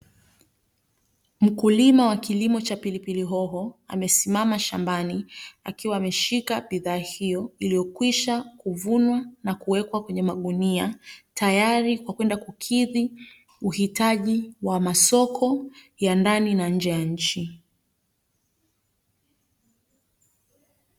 Mkulima wa kilimo cha pilipili hoho amesimama shambani, akiwa ameshika bidhaa hiyo iliyokwisha kuvunwa na kuwekwa kwenye magunia, tayari kwa kwenda kukidhi uhitaji wa masoko ya ndani na nje ya nchi.